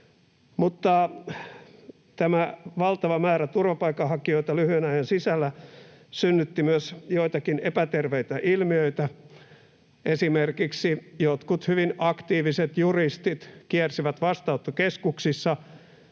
mutta tämä valtava määrä turvapaikanhakijoita lyhyen ajan sisällä synnytti myös joitakin epäterveitä ilmiöitä. Esimerkiksi jotkut hyvin aktiiviset juristit kiersivät vastaanottokeskuksissa